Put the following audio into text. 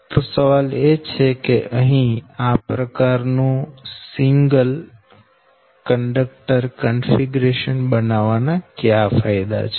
તમને આ સવાલ છે કે અહી આ પ્રકાર નું સિંગલ કંડક્ટર કન્ફિગરેશન બનાવવાના કયા ફાયદા છે